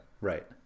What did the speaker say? right